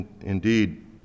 indeed